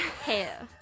hair